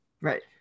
right